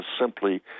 simply